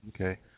Okay